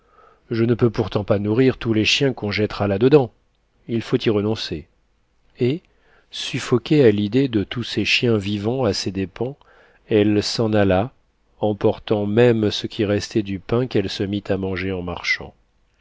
je ne peux pourtant pas nourrir tous les chiens qu'on jettera là-dedans il faut y renoncer et suffoquée à l'idée de tous ces chiens vivant à ses dépens elle s'en alla emportant même ce qui restait du pain qu'elle se mit à manger en marchant